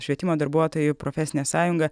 švietimo darbuotojų profesinė sąjunga